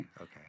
okay